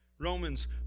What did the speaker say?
Romans